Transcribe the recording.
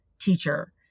teacher